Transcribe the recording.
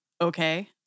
Okay